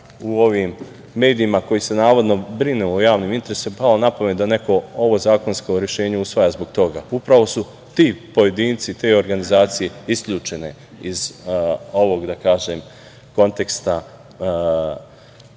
u ovim medijima koji se navodno brinu o javnom interesu palo na pamet da neko ovo zakonsko rešenje usvaja zbog toga. Upravo su ti pojedinci, te organizacije isključene iz ovog konteksta